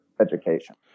education